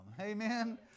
Amen